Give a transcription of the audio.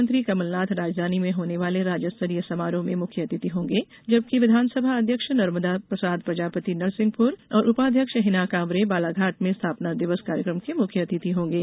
मुख्यमंत्री कमलनाथ राजधानी में होने वाले राज्यस्तरीय समारोह में मुख्य अतिथि होंगे जबकि विधानसभा अध्यक्ष नर्मदा प्रसाद प्रजापति नरसिंहपुर और उपाध्यक्ष हिना कांवरे बालाघाट में स्थापना दिवस कार्यक्रम के मुख्य अतिथि होंगे